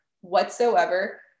whatsoever